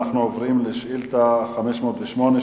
אנחנו עוברים לשאילתא מס' 508,